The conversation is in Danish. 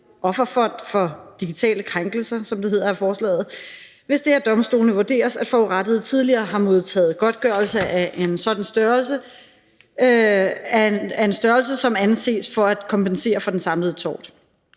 offerfond for digitale krænkelser, som det hedder i forslaget, hvis det af domstolene vurderes, at forurettede tidligere har modtaget godtgørelse af en størrelse som anses for at kompensere for den samlede tort.